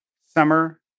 Summer